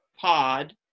pod